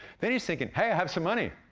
then, he's thinking, hey, i have some money,